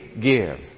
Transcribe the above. give